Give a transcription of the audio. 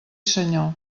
senyor